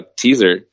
teaser